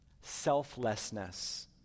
selflessness